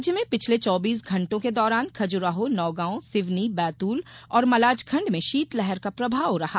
राज्य में पिछले चौबीस घण्टों के दौरान खज़ुराहो नौगांव सिवनी बैतूल और मलाजखण्ड में शीतलहर का प्रभाव रहा